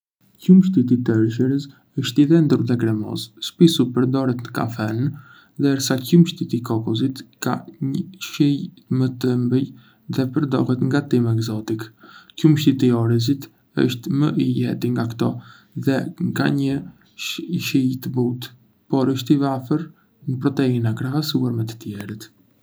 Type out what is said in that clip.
Qumështi i tërshërës është i dendur dhe kremoz, shpissu përdoret në kafene, ndërsa qumështi i kokosit ka një shije më të ëmbël dhe përdoret në gatime ekzotike. Qumështi i orizit është më i lehti nga ktò dhe ka një shije të butë, por është i varfër në proteina krahasuar me të tjerët.